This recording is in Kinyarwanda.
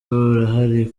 burahari